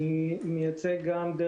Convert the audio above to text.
אני מייצג גם את